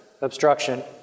obstruction